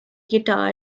guitar